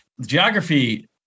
geography